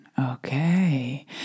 Okay